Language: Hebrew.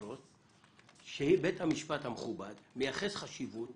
במילים אחרות היא אמרה שבית המשפט המכובד מייחס חשיבות